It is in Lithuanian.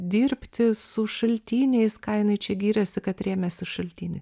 dirbti su šaltiniais ką jinai čia giriasi kad rėmėsi šaltinį